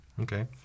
Okay